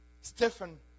Stephen